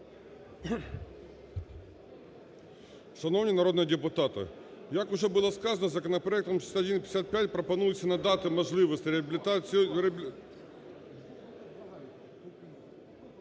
Шановні народні депутати, як вже було сказано, законопроектом 6155 пропонується надати можливість реабілітаційним